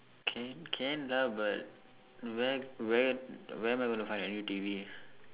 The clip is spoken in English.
can can lah but where where where am I going to find a new T_V